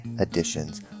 editions